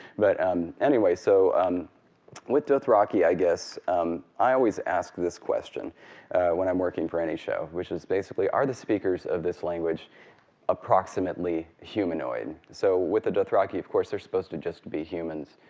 but um anyway, so um with dothraki i guess i always ask this question when i'm working for any show, which is basically are the speakers of this language approximately humanoid? so with the dothraki, of course they're supposed to just be humans.